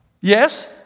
Yes